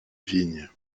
vignes